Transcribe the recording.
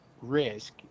risk